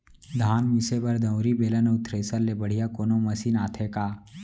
धान मिसे बर दंवरि, बेलन अऊ थ्रेसर ले बढ़िया कोनो मशीन आथे का?